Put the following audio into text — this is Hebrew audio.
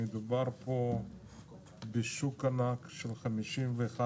מדובר פה בשוק ענק של 52-51